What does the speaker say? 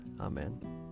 Amen